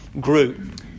group